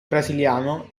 brasiliano